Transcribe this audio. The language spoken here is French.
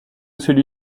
celui